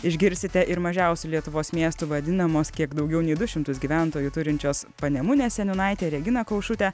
išgirsite ir mažiausių lietuvos miestų vadinamos kiek daugiau nei du šimtus gyventojų turinčios panemunės seniūnaitį reginą kaušutę